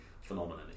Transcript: phenomenon